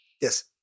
Yes